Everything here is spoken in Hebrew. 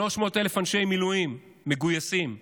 300,000 אנשי מילואים מגויסים.